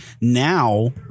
now